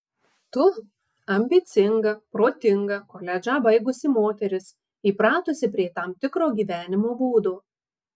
tu ambicinga protinga koledžą baigusi moteris įpratusi prie tam tikro gyvenimo būdo